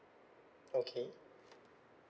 okay